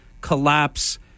collapse